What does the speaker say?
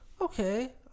Okay